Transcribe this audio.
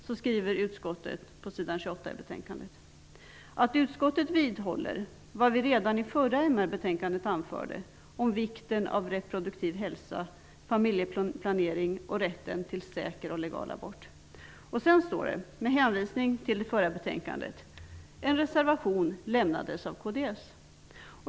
Med anledning av det yrkandet står det på s. 28 i betänkandet att utskottet vidhåller vad man redan i det förra MR betänkandet anförde om vikten av reproduktiv hälsa, familjeplanering och rätten till säker och legal abort. Med hänvisning till det förra betänkandet står det: ''En reservation lämnades av kds.''